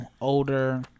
older